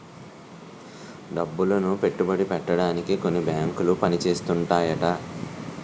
డబ్బులను పెట్టుబడి పెట్టడానికే కొన్ని బేంకులు పని చేస్తుంటాయట